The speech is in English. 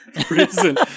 prison